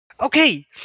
Okay